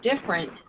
different